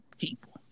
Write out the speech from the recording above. people